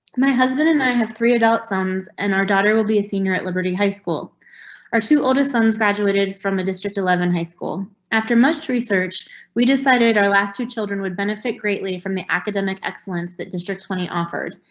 my husband and i have three adult sons an our daughter will be a senior at liberty high school are two older sons graduated from a district eleven high school. after much research we decided our last two children would benefit greatly from the academic excellence that district twenty offered.